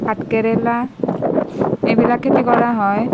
ভাতকেৰেলা এইবিলাক খেতি কৰা হয়